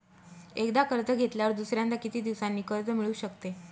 एकदा कर्ज घेतल्यावर दुसऱ्यांदा किती दिवसांनी कर्ज मिळू शकते?